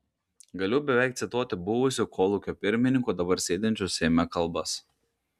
galiu beveik cituoti buvusių kolūkio pirmininkų dabar sėdinčių seime kalbas